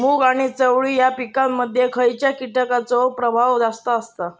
मूग आणि चवळी या पिकांमध्ये खैयच्या कीटकांचो प्रभाव जास्त असता?